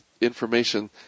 information